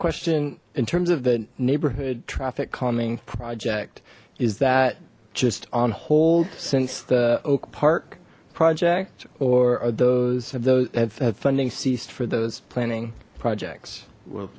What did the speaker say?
question in terms of the neighborhood traffic calming project is that just on hold since the oak park project or are those have those funding ceased for those planning projects w